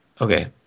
Okay